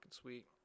sweet